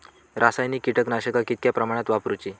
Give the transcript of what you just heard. रासायनिक कीटकनाशका कितक्या प्रमाणात वापरूची?